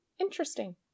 interesting